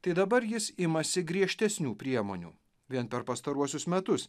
tai dabar jis imasi griežtesnių priemonių vien per pastaruosius metus